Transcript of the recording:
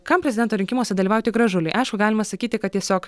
kam prezidento rinkimuose dalyvauti gražuliui aišku galima sakyti kad tiesiog